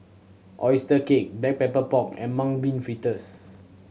oyster cake Black Pepper Pork and Mung Bean Fritters